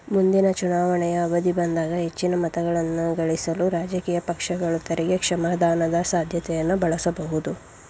ಮುಂದಿನ ಚುನಾವಣೆಯ ಅವಧಿ ಬಂದಾಗ ಹೆಚ್ಚಿನ ಮತಗಳನ್ನಗಳಿಸಲು ರಾಜಕೀಯ ಪಕ್ಷಗಳು ತೆರಿಗೆ ಕ್ಷಮಾದಾನದ ಸಾಧ್ಯತೆಯನ್ನ ಬಳಸಬಹುದು